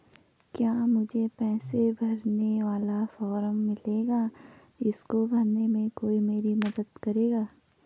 क्या मुझे पैसे भेजने वाला फॉर्म मिलेगा इसको भरने में कोई मेरी मदद करेगा?